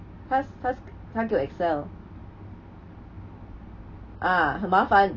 他他他给我 Excel uh 很麻烦